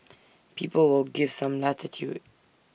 people will give some latitude